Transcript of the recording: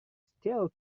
still